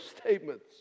statements